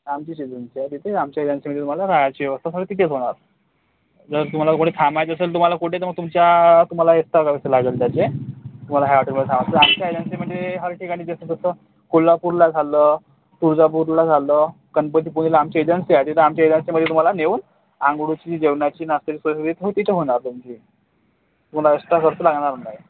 आमचीच एजन्सी आहे तिथे आमच्या एजन्सीमध्ये तुम्हाला रहायची व्यवस्था सगळं तिथेच होणार जर तुम्हाला कुठे थांबायचं असेल तुम्हाला कुठे तर मग तुमच्या तुम्हाला एक्स्ट्रा खर्च लागेल त्याचे तुम्हाला ह्या हॉटेलमध्ये थांबायचं आमच्या एजन्सी म्हणजे हर ठिकाणी देते जसं कोल्हापूरला झालं तुळजापूरला झालं गणपतीपुळेला आमची एजन्सी आहे तिथे आमची एजन्सीमध्ये तुम्हाला नेऊन अंघोळीची जेवणाची नाश्त्याची सोय तिथं होणार तुमची तुम्हाला एक्स्ट्रा खर्च लागणार नाही